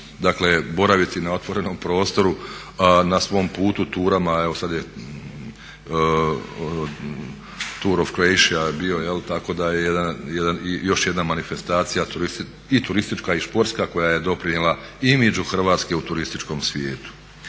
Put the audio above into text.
dakle boraviti na otvorenom prostoru a na svom putu turama, evo sad je tour of Croatia je bio, tako da je i još jedna manifestacija i turistička i športska koja je doprinijela imidžu Hrvatske u turističkom svijetu.